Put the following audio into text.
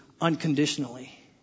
unconditionally